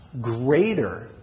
greater